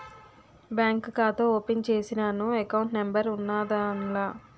bank ఖాతా open చేసినాను account number ఉన్నాద్దాన్ల